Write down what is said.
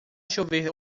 chover